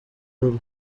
rumwe